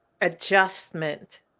adjustment